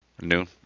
Noon